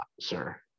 sir